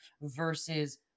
versus